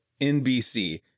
NBC